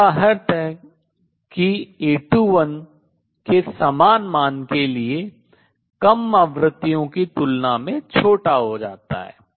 इसका अर्थ है A21 के समान मान के लिए कम आवृत्तियों की तुलना में छोटा हो जाता है